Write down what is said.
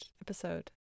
episode